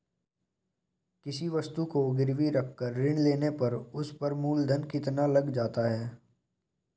किसी वस्तु को गिरवी रख कर ऋण लेने पर उस पर मूलधन कितना लग जाता है?